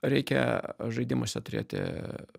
reikia žaidimuose turėti